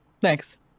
Thanks